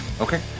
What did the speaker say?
Okay